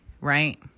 right